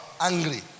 angry